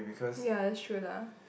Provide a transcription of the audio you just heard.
ya that's true lah